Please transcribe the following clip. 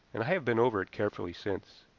and i have been over it carefully since.